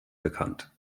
bekannt